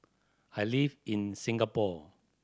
I live in Singapore